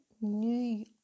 new